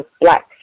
black